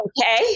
okay